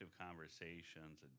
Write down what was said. conversations